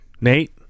Nate